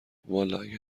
والا، اگه